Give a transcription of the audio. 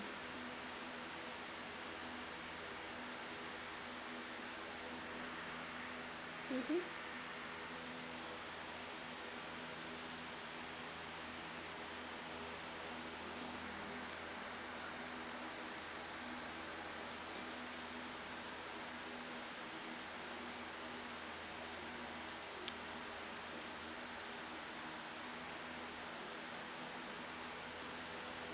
mmhmm